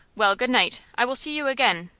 well, good-night. i will see you again.